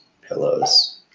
pillows